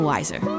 Wiser